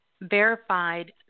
verified